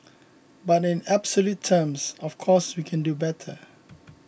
but in absolute terms of course we can do better